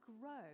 grow